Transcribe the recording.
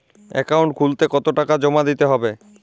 Account খুলতে কতো টাকা জমা দিতে হবে?